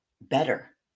better